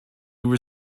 were